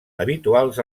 habituals